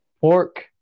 pork